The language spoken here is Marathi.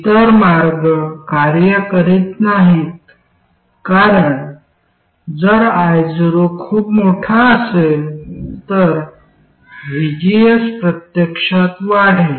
इतर मार्ग कार्य करीत नाहीत कारण जर io खूप मोठा असेल तर vgs प्रत्यक्षात वाढेल